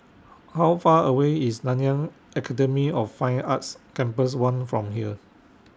How Far away IS Nanyang Academy of Fine Arts Campus one from here